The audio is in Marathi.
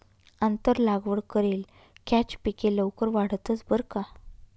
आंतर लागवड करेल कॅच पिके लवकर वाढतंस बरं का